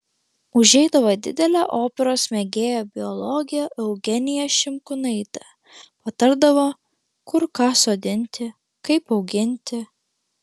užeidavo didelė operos mėgėja biologė eugenija šimkūnaitė patardavo kur ką sodinti kaip auginti